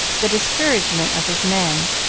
the discouragement of his men,